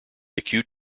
acute